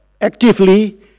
actively